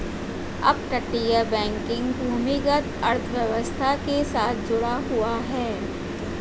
अपतटीय बैंकिंग भूमिगत अर्थव्यवस्था के साथ जुड़ा हुआ है